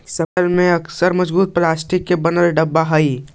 sprayer पअक्सर मजबूत plastic के बनल डब्बा हई